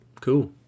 Cool